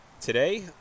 Today